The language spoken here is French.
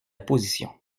position